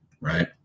right